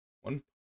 One